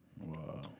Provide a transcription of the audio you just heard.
Wow